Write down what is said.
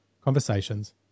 conversations